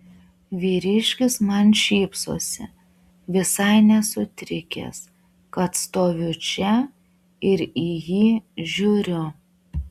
vyriškis man šypsosi visai nesutrikęs kad stoviu čia ir į jį žiūriu